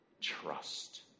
trust